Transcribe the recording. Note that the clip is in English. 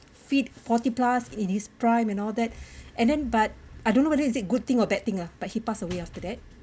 fit forty plus in his prime and all that and then but I don't know whether is it good thing or bad thing ah but he passed away after that